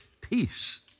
peace